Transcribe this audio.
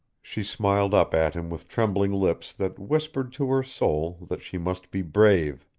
she smiled up at him with trembling lips that whispered to her soul that she must be brave.